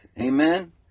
Amen